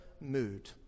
mood